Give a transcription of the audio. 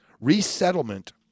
Resettlement